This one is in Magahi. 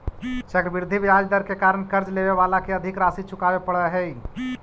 चक्रवृद्धि ब्याज दर के कारण कर्ज लेवे वाला के अधिक राशि चुकावे पड़ऽ हई